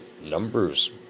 numbers